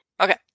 Okay